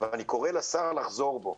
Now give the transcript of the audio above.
ואני קורא לשר לחזור בו